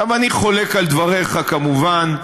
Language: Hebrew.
אני חולק על דבריך, כמובן,